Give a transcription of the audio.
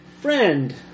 Friend